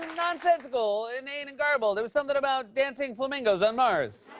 nonsensical, inane, and garbled. it was something about dancing flamingos on mars.